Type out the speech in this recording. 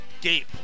Gape